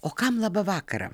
o kam labą vakarą